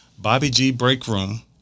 bobbygbreakroom